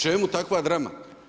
Čemu takva drama?